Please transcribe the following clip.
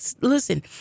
listen